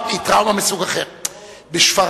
הטראומה של שפרעם,